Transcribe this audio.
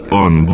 on